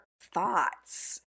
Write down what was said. thoughts